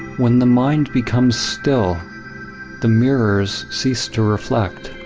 when the mind becomes still the mirrors cease to reflect.